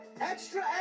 Extra